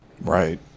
Right